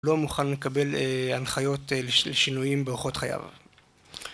לא מוכן לקבל הנחיות לשינויים באורחות חייו.